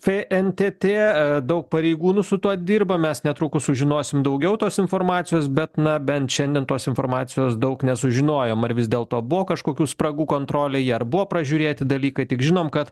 fntt daug pareigūnų su tuo dirba mes netrukus sužinosim daugiau tos informacijos bet na bent šiandien tos informacijos daug nesužinojom ar vis dėlto buvo kažkokių spragų kontrolėje ar buvo pražiūrėti dalykai tik žinom kad